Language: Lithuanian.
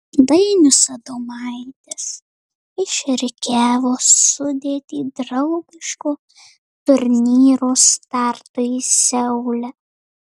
dainius adomaitis išrikiavo sudėtį draugiško turnyro startui seule